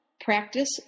practice